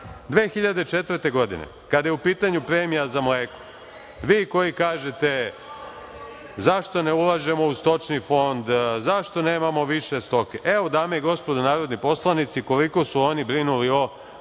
2004. godine, kada je u pitanju premija za mleko, vi koji kažete - zašto ne ulažemo u stočni fond, zašto nemamo više stoke, evo, dame i gospodo narodni poslanici, koliko su oni brinuli o